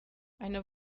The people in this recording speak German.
eine